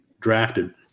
drafted